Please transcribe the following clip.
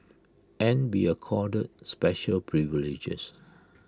and be accorded special privileges